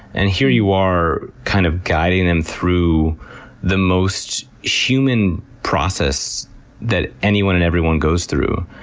and here you are, kind of, guiding them through the most human process that anyone and everyone goes through.